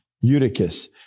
Eutychus